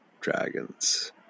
dragons